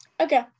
okay